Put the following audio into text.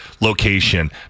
location